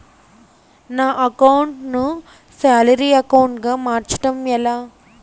నా అకౌంట్ ను salary account గా మార్చటం ఎలా?